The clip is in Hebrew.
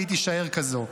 והיא תישאר כזו.